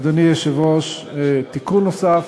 אדוני היושב-ראש, תיקון נוסף,